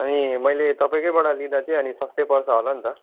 अनि मैले तपाईँकैबाट लिँदा चाहिँ अलि सस्तै पर्छ होला नि त